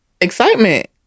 excitement